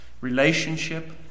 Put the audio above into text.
Relationship